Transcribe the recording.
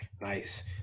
Nice